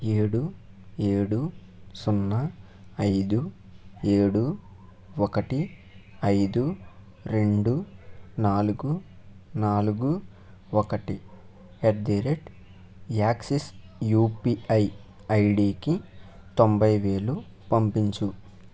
ఏడు ఏడు సున్నా ఐదు ఏడు ఒకటి ఐదు రెండు నాలుగు నాలుగు ఒకటి at the rate Axis UPI ఐడీకి తొంభై వేలు పంపించు